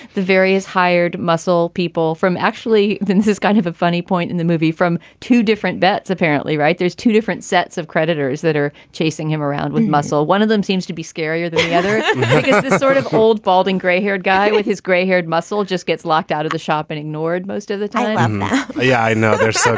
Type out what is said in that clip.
the various hired muscle people from. actually, vince is gonna have a funny point in the movie from two different vets, apparently. right. there's two different sets of creditors that are chasing him around with muscle. one of them seems to be. area, the the other sort of old, balding, gray haired guy with his gray haired muscle just gets locked out of the shop and ignored most of the time yeah, i know. they're so